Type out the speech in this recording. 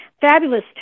fabulous